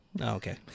Okay